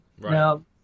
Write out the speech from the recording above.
Now